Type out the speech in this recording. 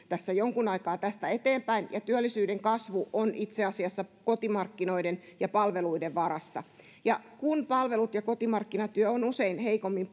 jonkun aikaa tästä eteenpäin ja työllisyyden kasvu on itse asiassa kotimarkkinoiden ja palveluiden varassa ja kun palvelut ja kotimarkkinatyö on usein heikommin